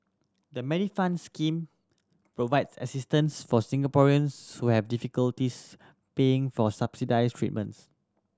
the Medifund scheme provides assistance for Singaporeans who have difficulties paying for subsidized treatments